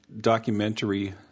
documentary